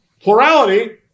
plurality